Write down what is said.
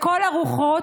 לכל הרוחות,